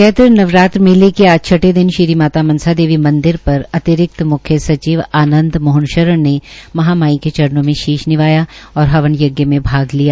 चैत्र नवरात्र मेले के आज छठे दिन श्री माता मनसा देवी मंदिर पर अतिरिक्त मुख्य सचिव आनंद मोहन शरण ने महामाई के चरणों मे शीश निवाया और हवन यज्ञ में भाग लिया